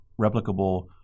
replicable